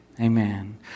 Amen